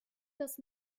das